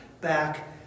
back